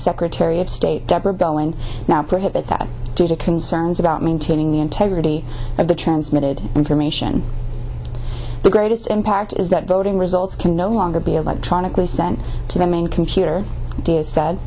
secretary of state dept were going now prohibit that due to concerns about maintaining the integrity of the transmitted information the greatest impact is that voting results can no longer be electronically sent to main computer is said